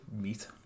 meat